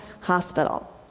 hospital